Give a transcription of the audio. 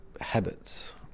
habits